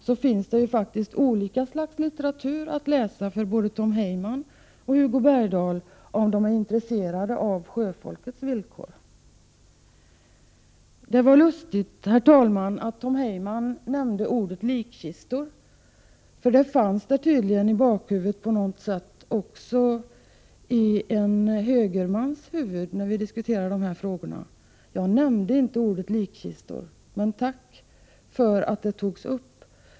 Det finns faktiskt olika slags litteratur att läsa, både för Tom Heyman och Hugo Bergdahl om de är intresserade av sjöfolkets villkor. Det var lustigt, herr talman, att Tom Heyman nämnde ordet likkistor. Det fanns tydligen på något sätt i bakhuvudet även på en högerman när vi diskuterar dessa frågor. Jag nämnde inte ordet likkistor, men jag tackar för att det togs upp.